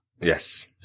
Yes